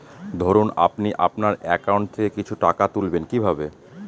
ধরুন আপনি আপনার একাউন্ট থেকে কিছু টাকা তুলবেন কিভাবে?